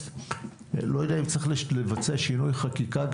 לא יודע אם צריך לבצע שינוי חקיקה,